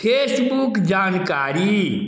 Facebook जानकारी